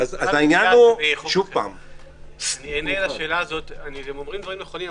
אתם אומרים דברים נכונים,